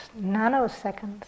nanoseconds